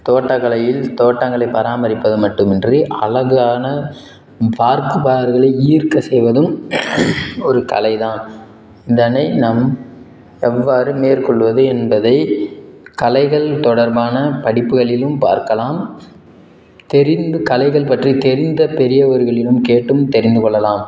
தோட்டக்கலையில் தோட்டங்களைப் பராமரிப்பது மட்டுமின்றி அழகான பார்க்குபவர்களை ஈர்க்கச் செய்வதும் ஒரு கலை தான் இதனை நாம் எவ்வாறு மேற்கொள்வது என்பதை கலைகள் தொடர்பான படிப்புகளிலும் பார்க்கலாம் தெரிந்து கலைகள் பற்றி தெரிந்த பெரியவர்களையும் கேட்டும் தெரிந்துக் கொள்ளலாம்